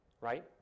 right